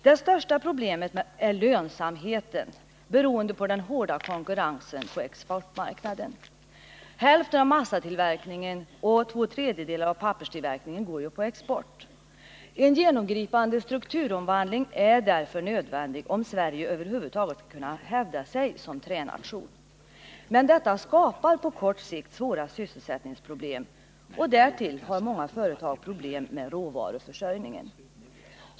Det största problemet är lönsamheten, beroende på den hårda konkurrensen på exportmarknaden. Hälften av massatillverkningen och två tredjedelar av papperstillverkningen går ju på export. En genomgripande strukturomvandling är därför nödvändig, om Sverige över huvud taget skall kunna hävda sig som tränation. Men detta skapar på kort sikt svåra elsättningsproblem. Därtill har många företag problem med råvaruförrjningen.